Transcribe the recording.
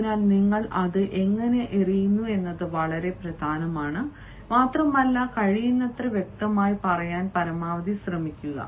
അതിനാൽ നിങ്ങൾ അത് എങ്ങനെ എറിയുന്നു എന്നത് വളരെ പ്രധാനമാണ് മാത്രമല്ല കഴിയുന്നത്ര വ്യക്തമായി പറയാൻ പരമാവധി ശ്രമിക്കുക